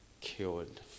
killed